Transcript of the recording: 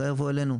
בעיקר יבואו אלינו,